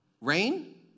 Rain